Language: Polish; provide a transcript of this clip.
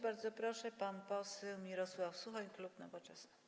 Bardzo proszę, pan poseł Mirosław Suchoń, klub Nowoczesna.